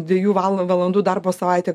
dviejų val valandų darbo savaitė